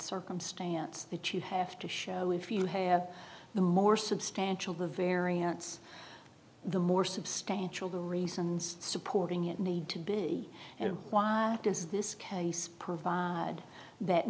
circumstance that you have to show if you have the more substantial the variance the more substantial the reasons supporting it need to be and why does this case provide that